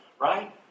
right